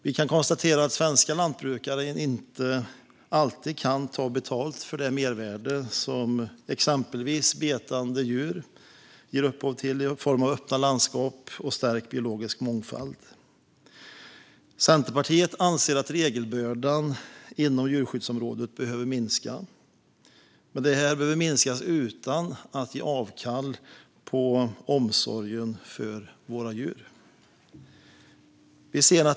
Vi kan konstatera att svenska lantbrukare inte alltid kan ta betalt för det mervärde som exempelvis betande djur ger upphov till i form av öppna landskap och stärkt biologisk mångfald. Centerpartiet anser att regelbördan inom djurskyddsområdet behöver minska, utan att ge avkall på omsorgen om våra djur.